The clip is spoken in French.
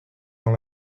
dans